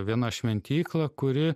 viena šventykla kuri